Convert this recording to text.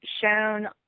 shown